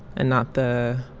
and not the